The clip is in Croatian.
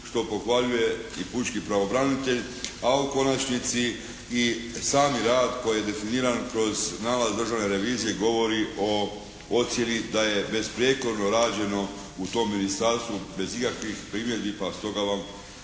što pohvaljuje i pučki pravobranitelj, a u konačnici i sami rad koji je definiran kroz nalaz državne revizije govori o ocjeni da je besprijekorno rađeno u tom Ministarstvu bez ikakvih primjedbi pa stoga vam,